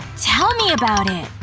tell me about it!